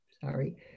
sorry